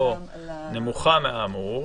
אלה שלוש השאלות שאמרה תמי